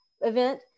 event